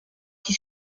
qui